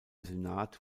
senat